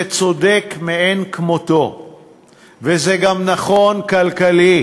זה צודק מאין כמותו וזה גם נכון כלכלית.